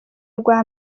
rwa